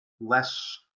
less